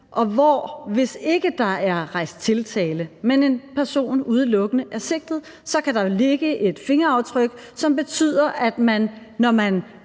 hvis ikke der er rejst tiltale, men en person udelukkende er sigtet, jo så kan ligge et fingeraftryk, som betyder, at man,